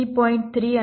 3 અને 0